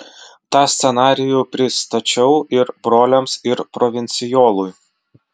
tą scenarijų pristačiau ir broliams ir provincijolui